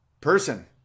person